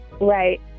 Right